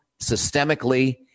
systemically